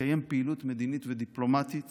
לקיים פעילות מדינית ודיפלומטית